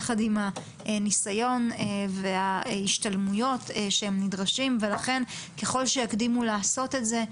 יחד עם הניסיון וההשתלמויות שהם נדרשים ולכן ככל שיקדימו לעשות את זה,